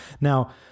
Now